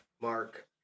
Mark